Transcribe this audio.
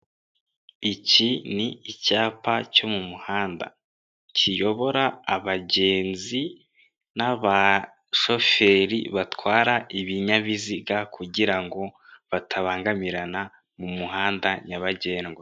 Iki ni icyapa cyo mu muhanda kiyobora abagenzi n'abashoferi batwara ibinyabiziga kugira ngo batabangamirana mu muhanda nyabagendwa.